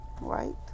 Right